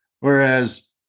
Whereas